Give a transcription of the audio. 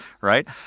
right